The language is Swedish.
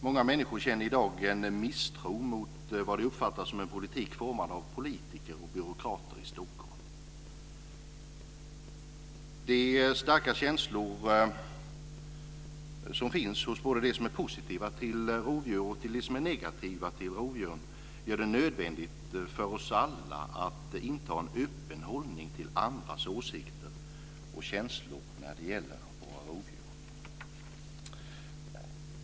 Många människor känner i dag en misstro mot det som de uppfattar som en politik formad av politiker i byråkrater i Stockholm. De starka känslor som finns hos både de som är positiva till rovdjur och de som är negativa till rovdjur gör det nödvändigt för oss alla att inta en öppen hållning till andras åsikter och känslor inför våra rovdjur.